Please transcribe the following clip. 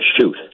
shoot